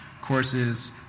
courses